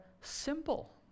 simple